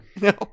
No